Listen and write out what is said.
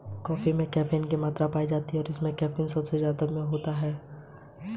credit जोखिम एक ऋण डिफ़ॉल्ट जोखिम है जो उधारकर्ता से भुगतान करने में विफल होने से उत्पन्न होता है